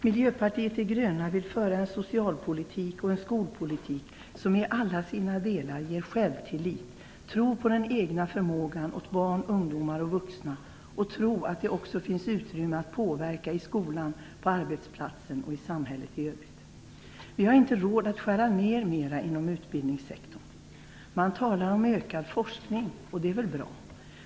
Miljöpartiet de gröna vill föra en socialpolitik och en skolpolitik som i alla sina delar ger självtillit, tro på den egna förmågan hos barn, ungdomar och vuxna och tro att det också finns utrymme att påverka i skolan, på arbetsplatsen och i samhället i övrigt. Vi har inte råd att skära ner mera inom utbildningssektorn. Man talar om ökad forskning, och det är väl bra.